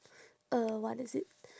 uh what is it